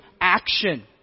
action